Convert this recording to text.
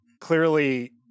clearly